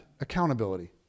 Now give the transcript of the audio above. accountability